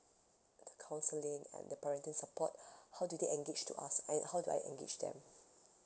the counselling and the parenting support how do they engage to us and how do I engage them